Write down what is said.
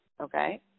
okay